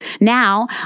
Now